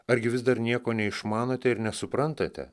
argi vis dar nieko neišmanote ir nesuprantate